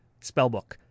Spellbook